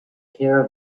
care